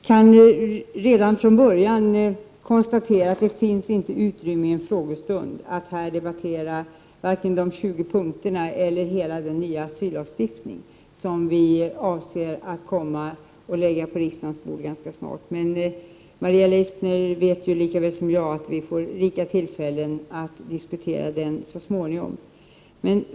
Herr talman! Jag kan redan från början konstatera att det inte finns utrymme i en frågestund för att diskutera vare sig de 20 punkterna eller hela den nya asyllagstiftningen, där vi avser att lägga förslag på riksdagens bord ganska snart. Maria Leissner vet ju lika väl som jag att vi får rika tillfällen att diskutera lagen så småningom.